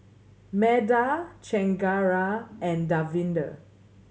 Medha Chengara and Davinder